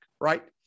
right